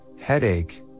Headache